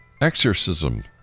exorcism